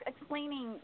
explaining